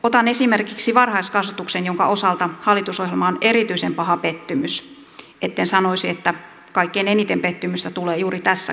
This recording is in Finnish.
otan esimerkiksi varhaiskasvatuksen jonka osalta hallitusohjelma on erityisen paha pettymys etten sanoisi että kaikkein eniten pettymystä tulee juuri tässä kohtaa